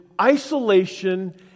isolation